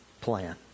plan